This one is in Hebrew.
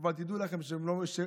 אבל תדעו לכם שרוב-רובן,